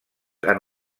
han